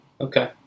Okay